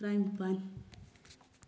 ꯇꯔꯥꯅꯤꯄꯥꯟ